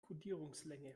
kodierungslänge